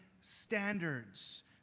standards